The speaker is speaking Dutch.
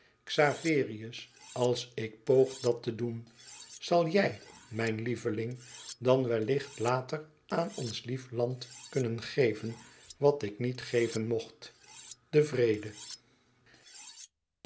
xaverius als ik poog dat te doen zal jij mijn lieveling dan wellicht later aan ons lief land kunnen geven wat ik niet geven mocht